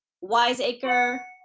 Wiseacre